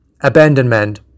abandonment